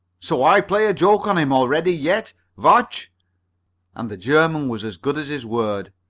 so? i plays a joke on him, alretty yet. vatch and the german was as good as his word.